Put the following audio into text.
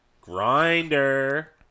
Grinder